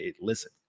listen